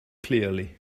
clearly